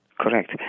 Correct